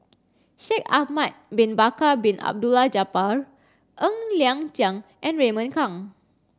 Shaikh Ahmad bin Bakar Bin Abdullah Jabbar Ng Liang Chiang and Raymond Kang